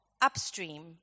upstream